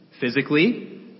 physically